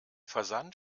versand